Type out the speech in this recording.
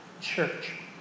church